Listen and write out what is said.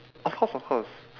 of course of course